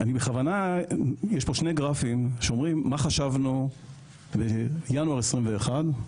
יש פה שני גרפים שאומרים מה חשבנו בינואר 2021,